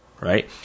Right